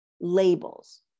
labels